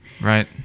Right